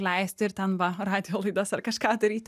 leisti ir ten va radijo laidas ar kažką daryti